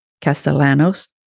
Castellanos